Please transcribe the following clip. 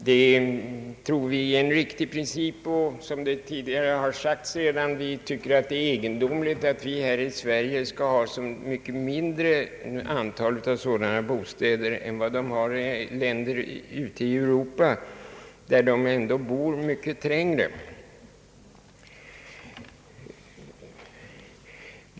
Vi tror att det är en riktig princip. Vi tycker, såsom redan tidigare sagts, att det är egendomligt att vi här i Sverige har så mycket färre sådana bostäder än man har i andra länder i Europa, där man ändå bor mycket trängre.